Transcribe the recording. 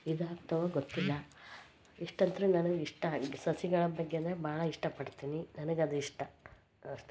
ಇದಾಗ್ತವೋ ಗೊತ್ತಿಲ್ಲ ಇಷ್ಟು ಅಂತೂ ನನಗೆ ಇಷ್ಟ ಆಗಿದ್ದ ಸಸಿಗಳ ಬಗ್ಗೆ ಅಂದರೆ ಭಾಳ ಇಷ್ಟಪಡ್ತೀನಿ ನನಗದಿಷ್ಟ ಅಷ್ಟೇ